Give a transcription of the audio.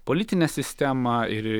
politinę sistemą ir